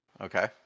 Okay